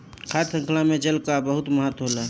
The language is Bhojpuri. खाद्य शृंखला में जल कअ बहुत महत्व होला